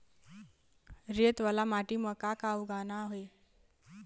रेत वाला माटी म का का उगाना ये?